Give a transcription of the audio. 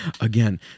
again